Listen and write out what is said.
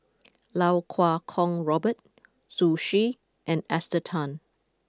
Lau Kuo Kwong Robert Zhu Xu and Esther Tan